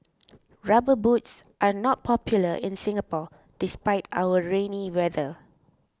rubber boots are not popular in Singapore despite our rainy weather